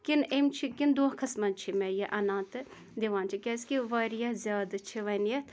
کِنہٕ أمۍ چھُ کِنہٕ دۄنٛکھس منٛز چھُ مےٚ یہِ اَنان تہٕ دِوان چھُ کیٛازِ کہِ واریاہ زیادٕ چھِ وۅنۍ یَتھ